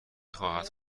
خواهد